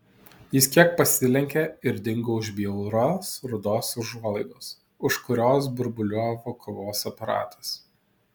jis kiek pasilenkė ir dingo už bjaurios rudos užuolaidos už kurios burbuliavo kavos aparatas